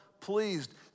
pleased